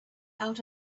out